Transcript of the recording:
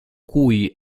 cui